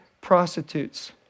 prostitutes